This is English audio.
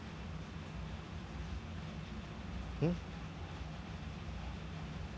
hmm